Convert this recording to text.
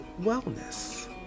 wellness